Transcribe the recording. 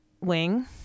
wing